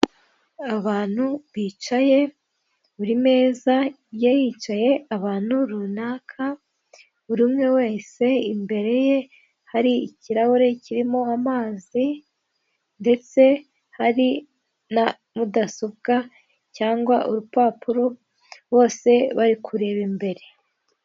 Abantu bicaye buri meza igiye yicayeho ahantu runaka. Buri umwe wese imbere ye hari ikirahure kirimo amazi ndetse hari na mudasobwa cyangwa urupapuro, bose bari kureba imbere.